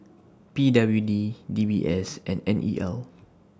P W D D B S and N E L